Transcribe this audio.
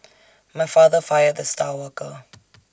my father fired the star worker